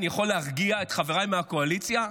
אני יכול להרגיע את חבריי מהקואליציה,